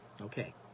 Okay